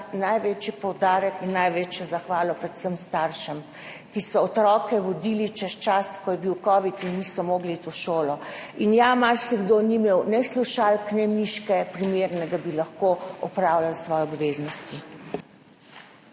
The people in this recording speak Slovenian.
največji poudarek in največjo zahvalo predvsem staršem, ki so otroke vodili čez čas, ko je bil kovid in niso mogli iti v šolo. In ja, marsikdo ni imel ne slušalk ne primerne miške, da bi lahko opravljal svoje obveznosti.